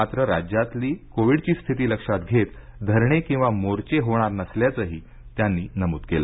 मात्रराज्यातली कोविडची स्थिती लक्षात घेत धरणे किंवा मोर्चे होणार नसल्याचंही त्यांनी नमूद केलं